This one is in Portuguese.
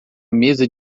mesa